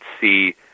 see